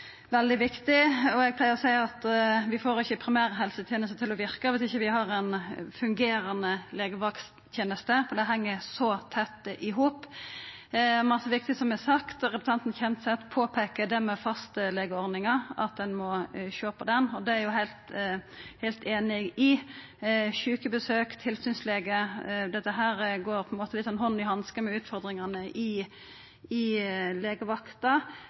veldig viktig. Eg pleier å seia at vi får ikkje primærhelsetenesta til å verka dersom vi ikkje har ei fungerande legevaktteneste, for det heng tett i hop. Det er mykje viktig som er sagt. Representanten Kjenseth påpeiker det med fastlegeordninga, at ein må sjå på den. Det er eg heilt einig i. Sjukebesøk, tilsynslege – dette er på ein måte som hand i hanske med utfordringane i legevakta.